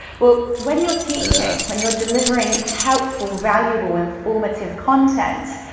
well, when you're teaching, when you're delivering helpful, valuable, informative content,